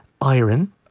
iron